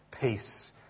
peace